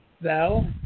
Val